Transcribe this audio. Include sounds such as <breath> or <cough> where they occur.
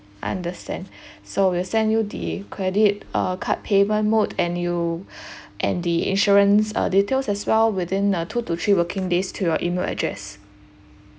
understand <breath> so we'll send you the credit uh card payment mode and you <breath> and the insurance uh details as well within uh two to three working days to your email address